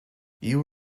you